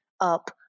up